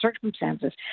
circumstances